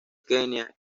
kenia